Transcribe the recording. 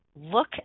Look